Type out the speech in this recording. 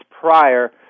prior